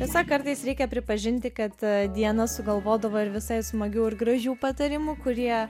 tiesa kartais reikia pripažinti kad tą diana sugalvodavo ir visai smagių ir gražių patarimų kurie